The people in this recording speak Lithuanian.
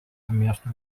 miesto